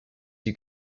you